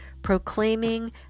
proclaiming